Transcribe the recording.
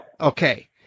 Okay